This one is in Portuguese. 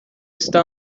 está